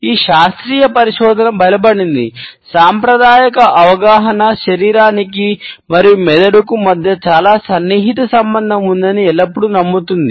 ఈ శాస్త్రీయ పరిశోధన బలపడింది సాంప్రదాయిక అవగాహన శరీరానికి మరియు మెదడుకు మధ్య చాలా సన్నిహిత సంబంధం ఉందని ఎల్లప్పుడూ నమ్ముతుంది